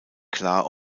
klar